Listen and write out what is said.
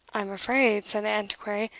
i am afraid, said the antiquary,